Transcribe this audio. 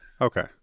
Okay